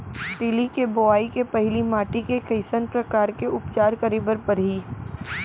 तिलि के बोआई के पहिली माटी के कइसन प्रकार के उपचार करे बर परही?